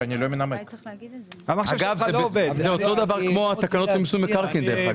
זה אותו דבר כמו התקלות למיסוי מקרקעין, דרך אגב.